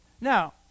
Now